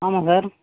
ஆமாம் சார்